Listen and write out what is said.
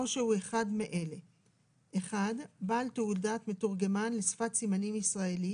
או שהוא אחד מאלה:(1)בעל תעודת מתורגמן לשפת סימנים ישראלית